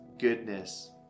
goodness